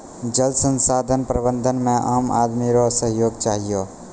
जल संसाधन प्रबंधन मे आम आदमी रो सहयोग चहियो